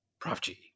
ProfG